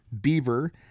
beaver